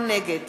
נגד